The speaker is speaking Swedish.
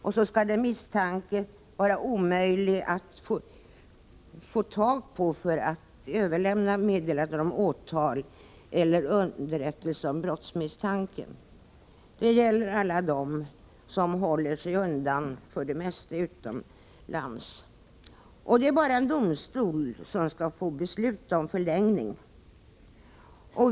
Det skall också vara omöjligt att få tag på den misstänkte för att överlämna meddelande om åtal eller underrättelse om brottsmisstanke. Det gäller alla dem som håller sig undan, för det mesta utomlands. Enbart domstol får besluta om förlängning.